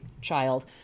child